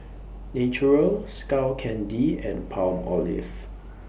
Naturel Skull Candy and Palmolive